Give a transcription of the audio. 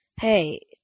Hey